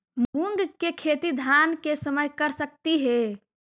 मुंग के खेती धान के समय कर सकती हे?